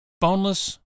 boneless